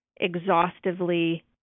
exhaustively